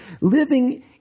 living